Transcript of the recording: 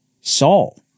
Saul